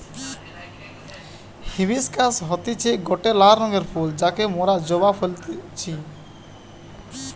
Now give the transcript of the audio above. hibiscus হতিছে গটে লাল রঙের ফুল যাকে মোরা জবা বলতেছি